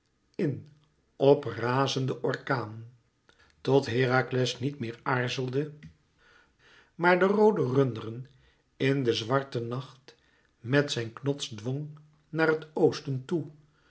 in p razenden orkaan tot herakles niet meer aarzelde maar de roode runderen in de zwarte nacht met zijn knots dwong naar het oosten toe